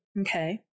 Okay